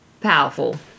powerful